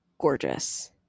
gorgeous